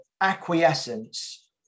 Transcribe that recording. acquiescence